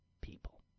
people